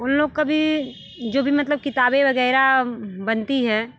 उन लोग का भी जो भी मतलब किताबें वगैरह बनती है